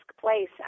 place